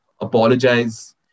apologize